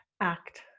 act